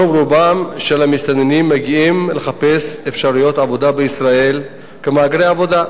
רוב רובם של המסתננים מגיעים לחפש אפשרויות עבודה בישראל כמהגרי עבודה.